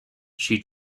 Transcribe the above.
she